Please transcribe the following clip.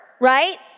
right